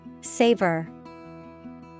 Savor